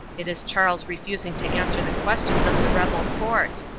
it is charles refusing to answer the questions of the rebel court.